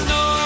no